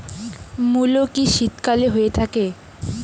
মূলো কি শীতকালে হয়ে থাকে?